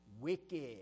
wicked